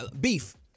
Beef